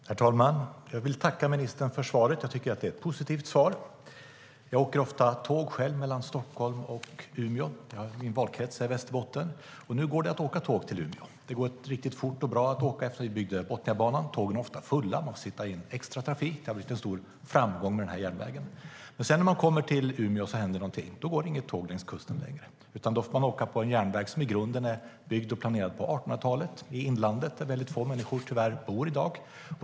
Herr talman! Jag vill tacka ministern för svaret. Jag tycker att det är ett positivt svar. Jag åker själv ofta tåg mellan Stockholm och Umeå. Jag har min valkrets i Västerbotten. Nu går det att åka tåg till Umeå. Det går riktigt fort och bra att åka efter det att vi byggde Botniabanan. Tågen är ofta fulla, och man får sätta in extratrafik. Järnvägen har blivit en stor framgång. Men när man kommer till Umeå händer något. Då går det inget tåg längs kusten längre, utan då får man åka på en järnväg som är byggd och planerad på 1800-talet, i inlandet, där det tyvärr är väldigt få människor som bor i dag.